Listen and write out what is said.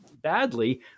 badly